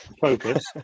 focus